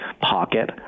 pocket